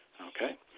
Okay